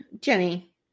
Jenny